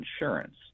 insurance